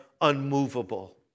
unmovable